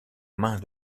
mains